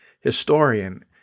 historian